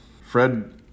Fred